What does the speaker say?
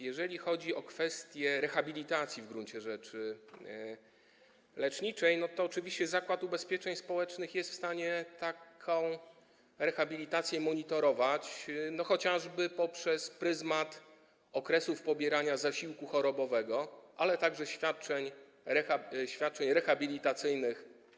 Jeżeli chodzi o kwestię rehabilitacji, w gruncie rzeczy leczniczej, to oczywiście Zakład Ubezpieczeń Społecznych jest w stanie taką rehabilitację monitorować, chociażby przez pryzmat okresów pobierania zasiłku chorobowego, ale także świadczeń rehabilitacyjnych.